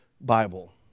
Bible